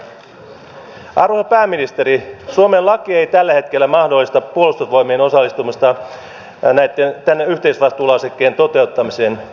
arvoisa pääministeri suomen laki ei tällä hetkellä mahdollista puolustusvoimien osallistumista tämän yhteisvastuulausekkeen toteuttamiseen